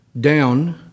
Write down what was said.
down